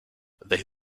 they